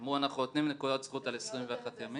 הם אמרו, אנחנו נותנים נקודות זכות על 21 ימים.